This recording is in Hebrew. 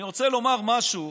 אני רוצה לומר משהו